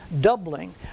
doubling